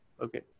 Okay